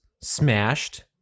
smashed